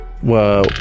Whoa